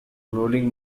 rolling